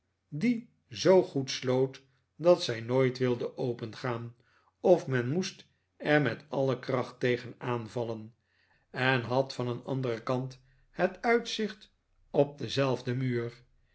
die zoo goed sloot dat zij nooit wilde opengaan of men moest er met alle kracht tegen aanvallen en had van een anderen kant het uitzicht op denzelfden muur